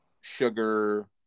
sugar